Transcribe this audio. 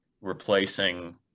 replacing